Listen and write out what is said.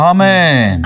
Amen